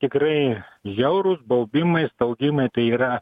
tikrai žiaurūs baubimai staugimai tai yra